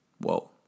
Whoa